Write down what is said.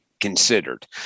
considered